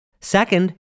Second